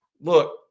look